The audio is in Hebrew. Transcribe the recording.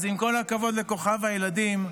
אז עם כל הכבוד לכוכב הילדים,